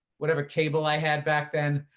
whatever cable i had back then,